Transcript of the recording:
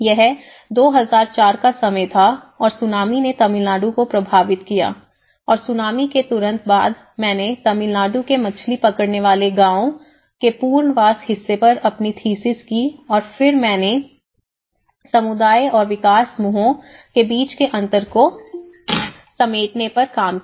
यह 2004 का समय था और सुनामी ने तमिलनाडु को प्रभावित किया और सुनामी के तुरंत बाद मैंने तमिलनाडु के मछली पकड़ने वाले गाँवों के पुनर्वास हिस्से पर अपनी थीसिस की और फिर मैंने समुदाय और विकास समूहों के बीच के अंतर को समेटने पर काम किया